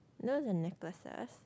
those are the necklaces